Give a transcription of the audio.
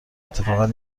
اتفاقا